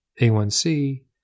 A1C